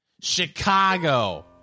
chicago